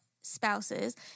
spouses